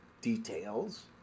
details